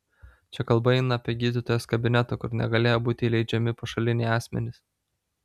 čia kalba eina apie gydytojos kabinetą kur negalėjo būti įleidžiami pašaliniai asmenys